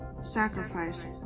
Sacrifice